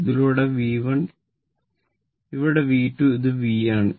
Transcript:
ഇതിലൂടെ V1 ഈവിടെ V2 ഇത് V3 ആണ്